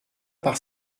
par